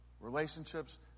Relationships